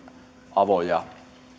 avo ja